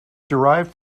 derived